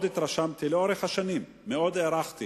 התרשמתי לאורך השנים, הערכתי